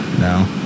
No